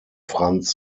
franz